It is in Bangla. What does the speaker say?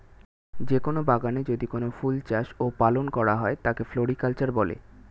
যে কোন বাগানে যদি কোনো ফুল চাষ ও পালন করা হয় তাকে ফ্লোরিকালচার বলে